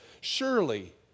surely